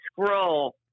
scroll